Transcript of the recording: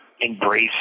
embrace